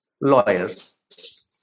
lawyers